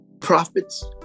prophets